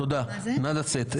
נא לצאת.